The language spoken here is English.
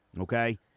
Okay